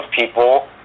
people